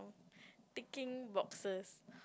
ticking boxes